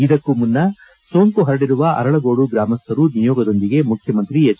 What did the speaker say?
ಇದಕ್ಕೂ ಮುನ್ನ ಸೋಂಕು ಪರಡಿರುವ ಅರಳಗೋಡು ಗ್ರಾಮಸ್ಥರು ನಿಯೋಗದೊಂದಿಗೆ ಮುಖ್ಕಮಂತ್ರಿ ಎಚ್